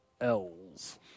L's